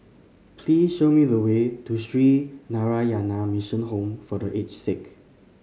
please show me the way to Sree Narayana Mission Home for The Aged Sick